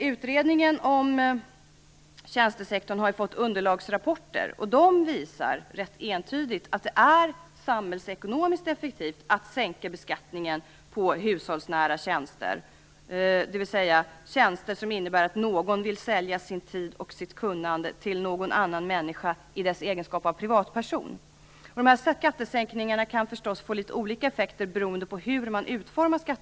Utredningen om tjänstesektorn har fått underlagsrapporter som rätt entydigt visar att det är samhällsekonomiskt effektivt att sänka beskattningen på hushållsnära tjänster, dvs. tjänster som innebär att någon vill sälja sin tid och sitt kunnande till någon annan människa i hans eller hennes egenskap av privatperson. Dessa skattesänkningar kan förstås få litet olika effekter beroende på hur man utformar dem.